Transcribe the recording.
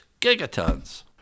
gigatons